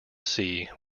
see